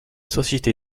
société